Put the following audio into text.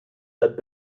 that